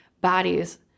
bodies